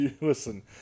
Listen